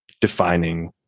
defining